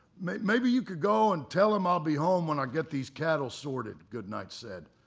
maybe you could go and tell em i'll be home when i get these cattle sorted, goodnight said.